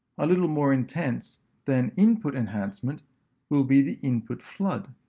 a little more intense than input enhancement will be the input flood.